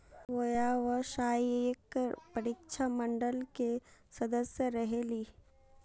व्यावसायिक परीक्षा मंडल के सदस्य रहे ली?